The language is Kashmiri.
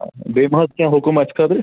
بیٚیہِ مہٕ حظ کیٚنٛہہ حُکم اَسہِ خٲطرٕ